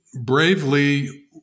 bravely